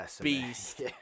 beast